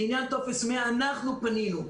לא הבנתי.